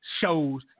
shows